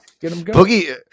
Boogie